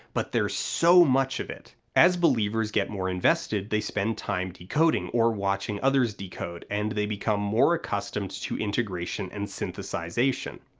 but there's so much of it. as believers get more invested they spend time decoding, or watching others decode, and they become more accustomed to integration and synthesization.